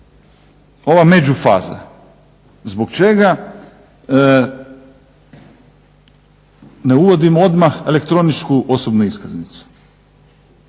ova međufaza, zbog čega ne uvodimo odmah elektroničku osobnu iskaznicu.